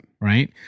right